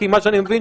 כי מה שאני מבין,